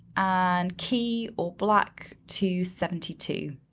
and key or black to seventy two.